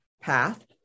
path